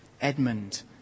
Edmund